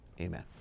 amen